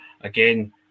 again